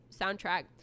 soundtrack